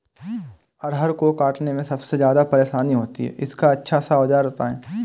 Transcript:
अरहर को काटने में सबसे ज्यादा परेशानी होती है इसका अच्छा सा औजार बताएं?